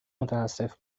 متاسف